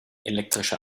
elektrische